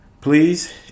please